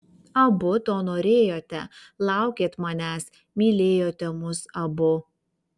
abu to norėjote laukėt manęs mylėjote mus abu